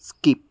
skip